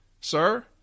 sir